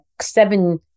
seven